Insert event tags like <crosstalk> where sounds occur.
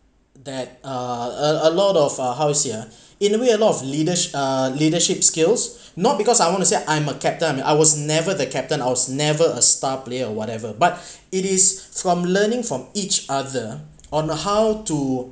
that uh a a lot of uh house sia <breath> in a way a lot of leadersh~ uh leadership skills <breath> not because I want to say I'm a captain I mean I was never the captain I was never a star player or whatever but <breath> it is <breath> from learning from each other <noise> on how to